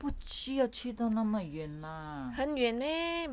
不需要去到那么远 lah